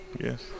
yes